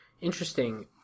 Interesting